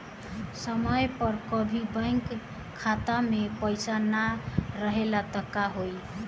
समय पर कभी बैंक खाता मे पईसा ना रहल त का होई?